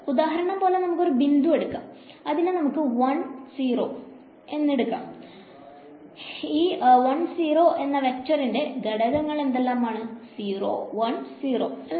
ഉദാഹരണം പോലെ നമുക്ക് ഒരു ബിന്ദു എടുക്കാം ഇതിനെ നമുക്ക് 1 0 മനസ്സിലായോ ഈ 10 എന്ന വെക്ടരിന്റെ ഘടങ്ങൾ എന്തെല്ലാമാണ് 010 അല്ലെ